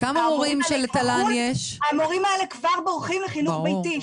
המורים האלו כבר בורחים לחינוך ביתי.